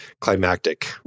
climactic